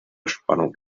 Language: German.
spannung